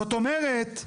זאת אומרת,